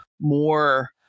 more